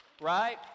Right